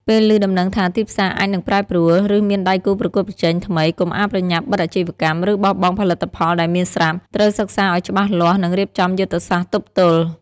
ពេលឮដំណឹងថាទីផ្សារអាចនឹងប្រែប្រួល ឬមានដៃគូប្រកួតប្រជែងថ្មី កុំអាលប្រញាប់បិទអាជីវកម្ម ឬបោះបង់ផលិតផលដែលមានស្រាប់។ ត្រូវសិក្សាឲ្យច្បាស់លាស់ និងរៀបចំយុទ្ធសាស្ត្រទប់ទល់។